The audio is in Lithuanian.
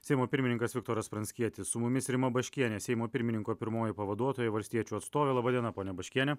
seimo pirmininkas viktoras pranckietis su mumis rima baškienė seimo pirmininko pirmoji pavaduotoja valstiečių atstovė laba diena ponia baškiene